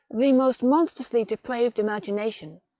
the most monstrously depraved imagination,